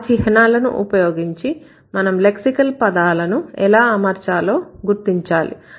ఆ చిహ్నాలను ఉపయోగించి మనం లెక్సికల్ పదాలను ఎలా అమర్చాలో గుర్తించాలి